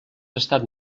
estat